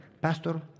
Pastor